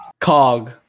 Cog